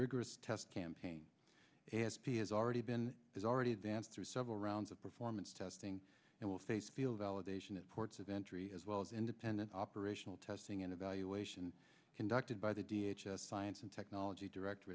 rigorous test campaign as p has already been has already advanced through several rounds of performance testing and will face feel validation at ports of entry as well as independent operational testing and evaluation conducted by the d h s science and technology director